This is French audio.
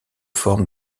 forme